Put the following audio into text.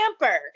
hamper